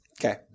Okay